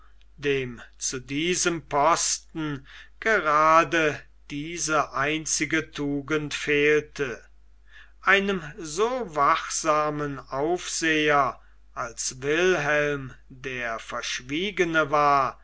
dem zu diesem posten gerade diese einzige tugend fehlte einem so wachsamen aufseher als wilhelm der verschwiegene war